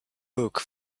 book